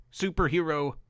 superhero